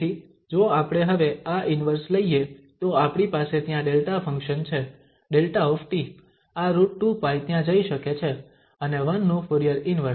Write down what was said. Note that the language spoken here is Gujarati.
તેથી જો આપણે હવે આ ઇન્વર્સ લઈએ તો આપણી પાસે ત્યાં ડેલ્ટા ફંક્શન છે 𝛿 આ √2𝜋 ત્યાં જઈ શકે છે અને 1 નું ફુરીયર ઇન્વર્સ